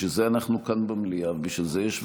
בשביל זה אנחנו כאן במליאה ובשביל זה יש ועדות.